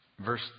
Verse